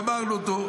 גמרנו אותו.